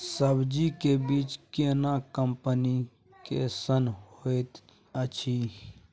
सब्जी के बीज केना कंपनी कैसन होयत अछि?